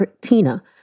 Tina